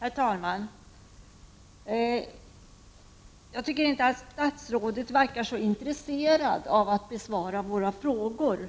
Herr talman! Jag tycker inte att statsrådet Lindqvist verkar så intresserad av att besvara våra frågor.